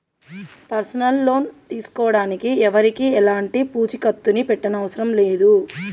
personal loan తీసుకోడానికి ఎవరికీ ఎలాంటి పూచీకత్తుని పెట్టనవసరం లేదు